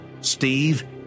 Steve